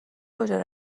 کجا